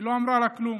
לא אמרה לו כלום,